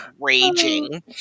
raging